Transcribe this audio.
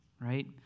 right